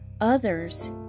others